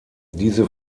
diese